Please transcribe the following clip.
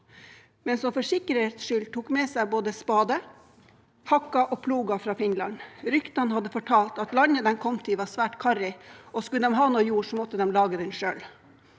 men for sikkerhets skyld tok med seg både spader, hakker og ploger fra Finland. Ryktene hadde fortalt at landet de kom til, var svært karrig, og skulle de ha noe jord, måtte de lage den selv.